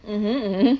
mmhmm mmhmm